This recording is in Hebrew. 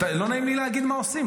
לא נעים לי להגיד מה עושים.